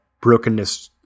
brokenness